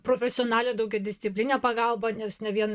profesionalią daugiadisciplinę pagalbą nes ne vien